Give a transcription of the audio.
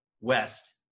West –